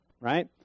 right